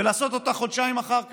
ותעשו אותה חודשיים אחר כך.